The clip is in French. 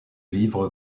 livre